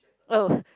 oh